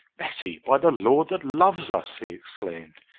betty, by the lord that loves us! he exclaimed.